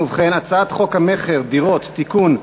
הצעת חוק המכר (דירות) (תיקון,